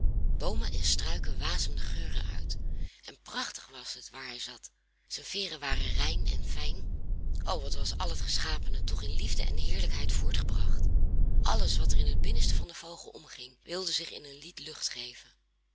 boomen en struiken wasemden geuren uit en prachtig was het waar hij zat zijn veeren waren rein en fijn o wat was al het geschapene toch in liefde en heerlijkheid voortgebracht alles wat er in het binnenste van den vogel omging wilde zich in een lied lucht geven